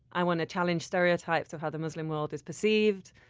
i want to challenge stereotypes of how the muslim world is perceived.